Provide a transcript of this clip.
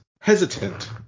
hesitant